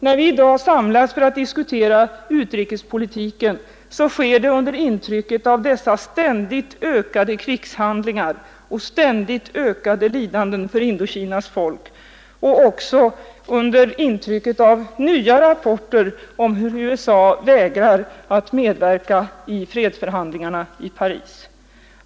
När vi i dag samlats för att diskutera utrikespolitiken, sker det under intrycket av dessa ständigt ökade krigshandlingar och ständigt ökade lidanden för Indokinas folk och också under intrycket av nya rapporter om hur USA vägrar medverka vid fredsförhandlingarna i Paris.